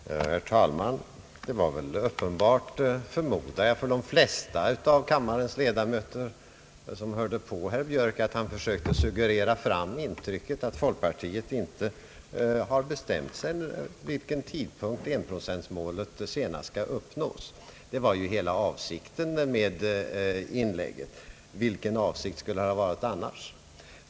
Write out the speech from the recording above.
Herr talman! Det var väl uppenbart, förmodar jag, för de flesta av kammarens ledamöter som hörde på herr Björk, att han försökte suggerera fram intrycket att folkpartiet inte har bestämt sig för vid vilken tidpunkt enprocentmålet senast skulle vara uppnått — det var hela avsikten med hans inlägg; vilken avsikt skulle det annars ha varit?